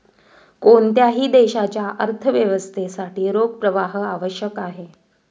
कोणत्याही देशाच्या अर्थव्यवस्थेसाठी रोख प्रवाह आवश्यक आहे